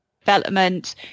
development